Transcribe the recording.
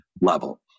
level